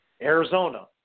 Arizona